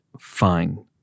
fine